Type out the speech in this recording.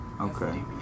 Okay